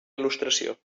il·lustració